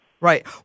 Right